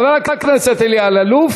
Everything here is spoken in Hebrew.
חבר הכנסת אלי אלאלוף,